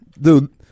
dude